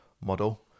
model